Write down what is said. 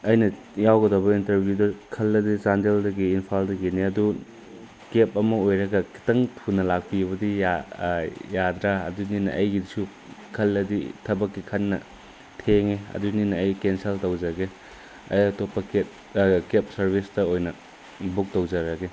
ꯑꯩꯅ ꯌꯥꯎꯒꯗꯧꯔꯤꯕ ꯏꯟꯇ꯭ꯔꯚ꯭ꯌꯨꯗꯣ ꯈꯜꯂꯗꯤ ꯆꯥꯟꯗꯦꯜꯗꯒꯤ ꯏꯟꯐꯥꯜꯗꯒꯤꯅꯦ ꯑꯗꯨ ꯀꯦꯞ ꯑꯃ ꯑꯣꯏꯔꯒ ꯈꯤꯇꯪ ꯊꯨꯅ ꯂꯥꯛꯄꯤꯕꯗꯤ ꯌꯥꯗ꯭ꯔ ꯑꯗꯨꯅꯤꯅ ꯑꯩꯒꯤꯁꯨ ꯈꯜꯂꯗꯤ ꯊꯕꯛꯀꯤ ꯈꯟꯅ ꯊꯦꯡꯉꯦ ꯑꯗꯨꯅꯤꯅ ꯑꯩ ꯀꯦꯟꯁꯦꯜ ꯇꯧꯖꯒꯦ ꯑꯩ ꯑꯇꯣꯞꯄ ꯀꯦꯞ ꯀꯦꯞ ꯁꯥꯔꯕꯤꯁꯇ ꯑꯣꯏꯅ ꯕꯨꯛ ꯇꯧꯖꯔꯒꯦ